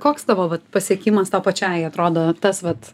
koks tavo vat pasiekimas tau pačiai atrodo tas vat